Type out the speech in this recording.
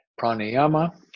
pranayama